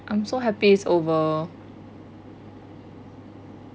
I'm so happy it's over